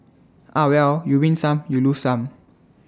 ah well you win some you lose some